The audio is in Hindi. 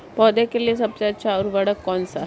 पौधों के लिए सबसे अच्छा उर्वरक कौन सा है?